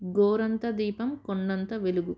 గోరంత దీపం కొండంత వెలుగు